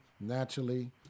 naturally